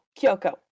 Kyoko